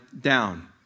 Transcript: down